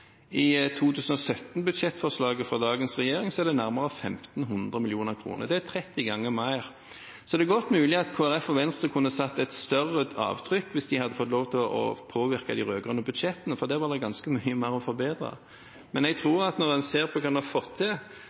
fra dagens regjering er det nærmere 1 500 mill. kr – det er 30 ganger mer. Det er godt mulig at Kristelig Folkeparti og Venstre kunne satt et større avtrykk hvis de hadde fått lov til å påvirke de rød-grønne budsjettene, for der var det ganske mye mer å forbedre. Men jeg tror at når en ser på hva man har fått til,